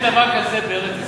אין דבר כזה בארץ-ישראל.